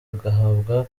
agahabwa